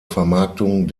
vermarktung